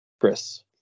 Chris